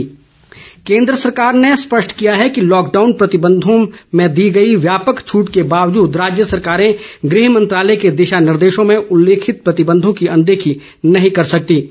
दिशा निर्देश केन्द्र सरकार ने स्पष्ट किया है कि लॉकडाउन प्रतिबंधों में दी गई व्यापक छूट के बावजूद राज्य सरकारें गृह मंत्रालय के दिशा निर्देशों में उल्लेखित प्रतिबंधों की अनदेखी नहीं कर सकतीं